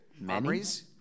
Memories